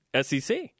SEC